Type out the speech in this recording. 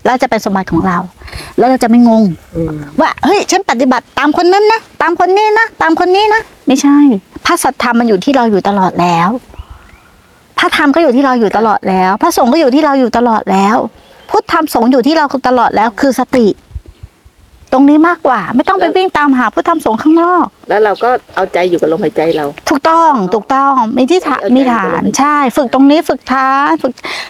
แล้วจะเป็นสมบัติของเรา แล้วเราจะไม่งงอืมว่าเฮ้ย ฉันปฏิบัติตามคนนั้นนะ ตามคนนี้นะ ตามคนนี้นะ ไม่ใช่ พระสัทธรรมมันอยู่ที่เราอยู่ตลอดแล้ว พระธรรมก็อยู่ที่เราอยู่ตลอดแล้ว พระสงฆ์ก็อยู่ที่เราอยู่ตลอดแล้ว พุทธธรรมสงฆ์อยู่ที่เราตลอดแล้ว คือสติตรงนี้มากกว่า ไม่ต้องไปวิ่งตามหาพุทธธรรมสงฆ์ข้างนอกแล้วเราก็เอาใจอยู่กับลมหายใจเราถูกต้อง ถูกต้อง มีที่ฐาน มีฐาน ใช่ ฝึกตรงนี้ ฝึกฐาน ฝึก